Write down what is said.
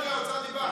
חושב שזה לא נכון